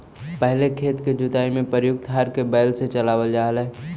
पहिले खेत के जुताई में प्रयुक्त हर के बैल से चलावल जा हलइ